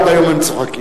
עד היום הם צוחקים.